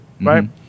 right